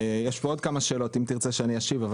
יש פה עוד כמה שאלות אם תרצה שאני אשיב.